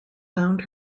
found